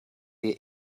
wir